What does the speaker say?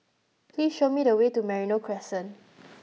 please show me the way to Merino Crescent